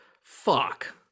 Fuck